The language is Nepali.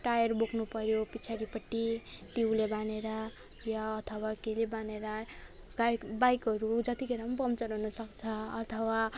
टायर बोक्नुपर्यो पछाडिपट्टि टिउले बाँधेर या अथवा केहीले बाँधेर बाइक बाइकहरू जतिखेर पनि पङचर हुन सक्छ अथवा